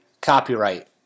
copyright